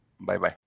Bye-bye